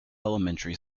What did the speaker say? elementary